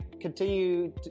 continue